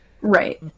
Right